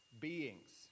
beings